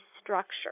structure